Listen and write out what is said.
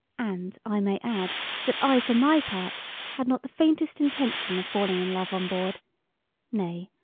and i may add that i for my part had not the faintest intention of falling in love on board nay,